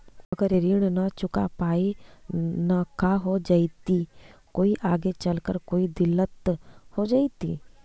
अगर ऋण न चुका पाई न का हो जयती, कोई आगे चलकर कोई दिलत हो जयती?